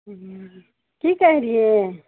कि कहै रहियै